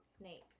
snakes